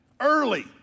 early